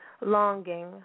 Longing